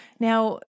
Now